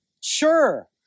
Sure